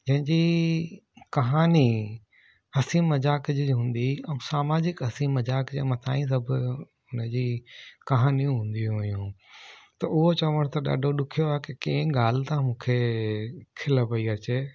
जंहिंजी कहानी हसी मज़ाक जी हूंदी हुई सामाजिक हसी मज़ाक जे मथा ई सभु हुन जी कहानियूं हूंदियूं हुयूं त उहो चवण त ॾाढो ॾुखियो आहे की कंहिं ॻाल्हि सां मूंखे खिल पई अचे